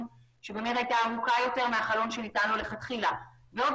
שבאמת היה ארוך יותר מהחלון שניתן לו מלכתחילה ועוד